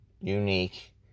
unique